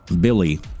Billy